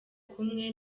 kumwe